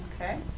Okay